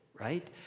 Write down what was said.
right